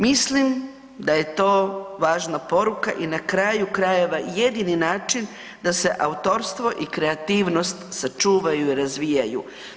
Mislim da je to važna poruka i na kraju krajeva jedini način da se autorstvo i kreativnost sačuvaju i razvijaju.